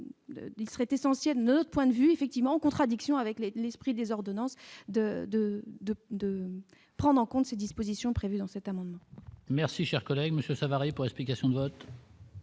il serait essentiel de notre point de vue effectivement en contradiction avec les l'esprit des ordonnances de, de, de, de prendre en compte ces dispositions prévues dans cet amendement. Merci, cher collègue Monsieur Savary pour explication.